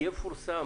יפורסם?